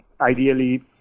Ideally